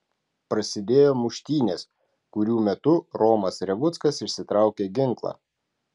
prasidėjo muštynės kurių metu romas revuckas išsitraukė ginklą